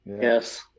Yes